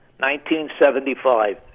1975